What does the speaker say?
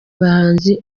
bahanzi